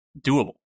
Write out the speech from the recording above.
doable